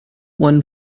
one